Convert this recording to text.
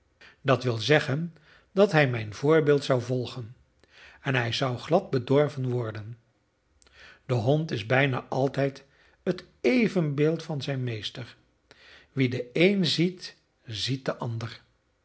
dat wil zeggen dat hij mijn voorbeeld zou volgen en hij zou glad bedorven worden de hond is bijna altijd het evenbeeld van zijn meester wie den een ziet ziet den ander